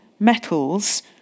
metals